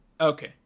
Okay